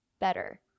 better